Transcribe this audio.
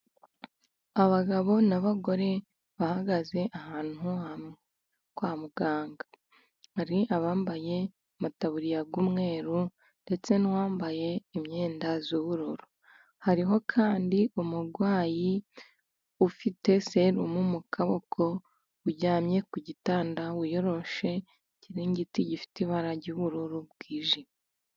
Abagabo n'abagore bahagaze ahantu kwa muganga, hari abambaye amataburiya, umweru ndetse n'uwambaye imyenda y'ubururu, hariho kandi umurwayi ufite serumu mu kaboko, uryamye ku gitanda, wiyoroshe ikiringiti gifite ibara ry'ubururu bwijimye.